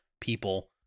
people